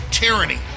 tyranny